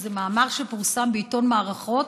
זה מאמר שפורסם בעיתון "מערכות"